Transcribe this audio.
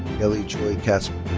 hallie joy katzman.